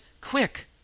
Quick